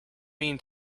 mean